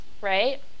Right